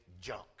junk